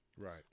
right